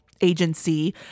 agency